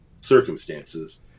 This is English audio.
circumstances